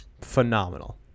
Phenomenal